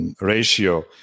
ratio